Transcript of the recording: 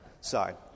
side